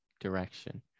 direction